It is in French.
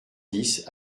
dix